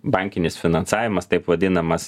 bankinis finansavimas taip vadinamas